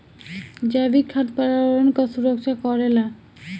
जैविक खाद पर्यावरण कअ सुरक्षा करेला